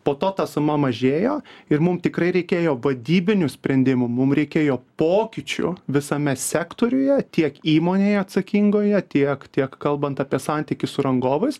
po to ta suma mažėjo ir mum tikrai reikėjo vadybinių sprendimų mum reikėjo pokyčių visame sektoriuje tiek įmonėje atsakingoje tiek tiek kalbant apie santykį su rangovais